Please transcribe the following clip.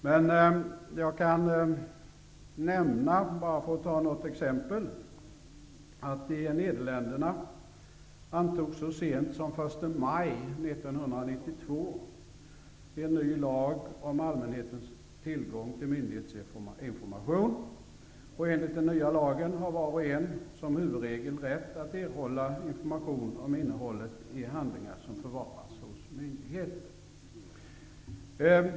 Men jag kan nämna, bara för att ta något exempel, att i Nederländerna antogs så sent som den 1 maj 1992 en ny lag om allmänhetens tillgång till myndighetsinformation. Enligt den nya lagen har var och en som huvudregel rätt att erhålla information om innehållet i handlingar som förvaras hos myndigheter.